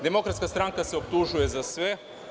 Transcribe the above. Demokratska stranka se optužuje za sve.